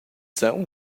são